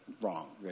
wrong